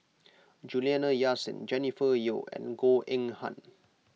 Juliana Yasin Jennifer Yeo and Goh Eng Han